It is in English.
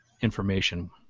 information